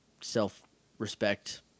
self-respect